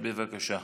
בבקשה.